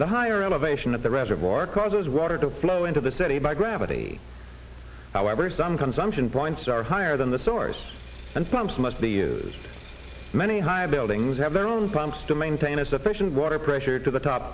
the higher elevation of the reservoir causes water to flow into the city by gravity however some consumption points are higher than the source and pumps must be used many high buildings have their own pumps to maintain a sufficient water pressure to the top